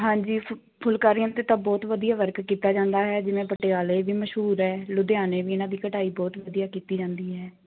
ਹਾਂਜੀ ਫੁ ਫੁਲਕਾਰੀਆਂ 'ਤੇ ਤਾਂ ਬਹੁਤ ਵਧੀਆ ਵਰਕ ਕੀਤਾ ਜਾਂਦਾ ਹੈ ਜਿਵੇਂ ਪਟਿਆਲੇ ਵੀ ਮਸ਼ਹੂਰ ਹੈ ਲੁਧਿਆਣੇ ਵੀ ਇਹਨਾਂ ਦੀ ਕਢਾਈ ਬਹੁਤ ਵਧੀਆ ਕੀਤੀ ਜਾਂਦੀ ਹੈ